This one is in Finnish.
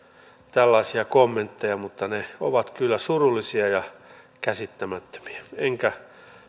tällaisia kommentteja mutta ne ovat kyllä surullisia ja käsittämättömiä enkä